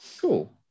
cool